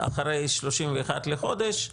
אחרי ה-31 לחודש,